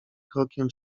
krokiem